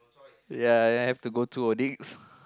ya then have to go through audits